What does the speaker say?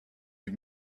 you